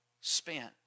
spent